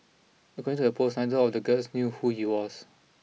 according to the post neither of the girls knew who he was